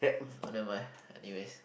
nevermind anyways